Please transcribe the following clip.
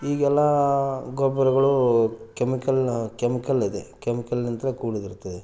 ಈಗೆಲ್ಲ ಗೊಬ್ಬರಗಳು ಕೆಮಿಕಲ್ಲಿನ ಕೆಮಿಕಲ್ಲಿದೆ ಕೆಮಿಕಲ್ಲಿನಿಂದ ಕೂಡಿರುತ್ತದೆ